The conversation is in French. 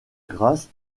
grâce